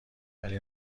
ولی